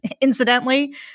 incidentally